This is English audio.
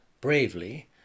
bravely